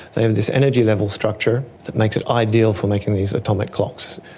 they have this energy level structure that makes it ideal for making these atomic clocks.